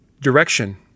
direction